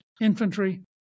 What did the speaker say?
infantry